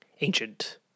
ancient